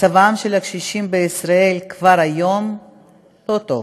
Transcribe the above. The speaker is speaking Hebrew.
מצבם של הקשישים בישראל כבר היום לא טוב.